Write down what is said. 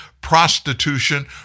prostitution